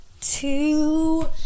two